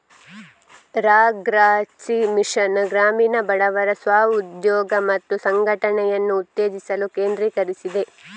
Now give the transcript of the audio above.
ರಾ.ಗ್ರಾ.ಜೀ mission ಗ್ರಾಮೀಣ ಬಡವರ ಸ್ವ ಉದ್ಯೋಗ ಮತ್ತು ಸಂಘಟನೆಯನ್ನು ಉತ್ತೇಜಿಸಲು ಕೇಂದ್ರೀಕರಿಸಿದೆ